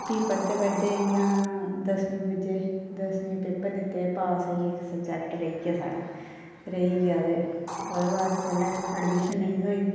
प्ही पढ़दे पढ़दे इं'या दसमीं पुज्जे दस्सीं दे पेपर दित्ते ते पास होइये इक्क सब्जैक्ट रेही गेआ साढ़ा रेही गेआ ते ओह्दा बाद च जेल्लै एडमिशन नेईं थ्होई